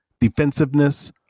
defensiveness